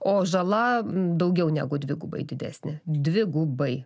o žala daugiau negu dvigubai didesnė dvigubai